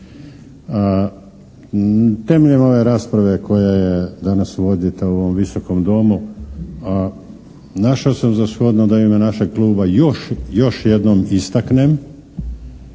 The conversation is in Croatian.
Temeljem ove rasprave koja je danas vodita u ovom Visokom domu, našao sam za shodno da u ime našeg kluba još jednom istaknem